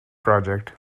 project